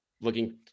looking